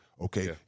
Okay